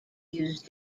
use